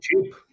cheap